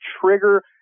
trigger